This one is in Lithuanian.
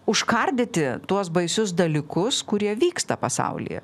užkardyti tuos baisius dalykus kurie vyksta pasaulyje